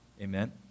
Amen